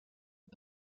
und